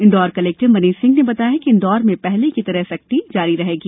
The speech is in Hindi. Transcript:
इंदौर कलेक्टर मनीष सिंह ने बताया है कि इंदौर में पहले की तरह सख़्ती जारी रहेगी